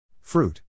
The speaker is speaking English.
Fruit